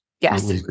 Yes